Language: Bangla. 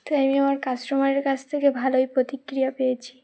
তাই আমি আমার কাস্টমারের কাছ থেকে ভালোই প্রতিক্রিয়া পেয়েছি